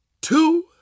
two